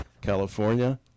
California